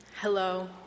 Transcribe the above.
Hello